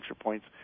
points